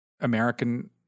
American